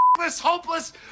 hopeless